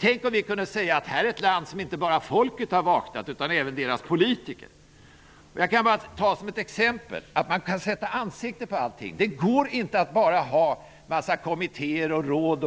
Tänk om vi kunde säga: Här är ett land där inte bara folket har vaknat utan även politikerna. Man kan sätta ansikte på allting. Det går inte att bara ha en massa kommittéer och råd,